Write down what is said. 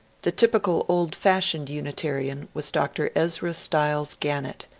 the typical old-fashioned unitarian was dr. ezra styles gunnett,